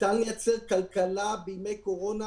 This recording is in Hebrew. ניתן בימי הקורונה